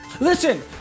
listen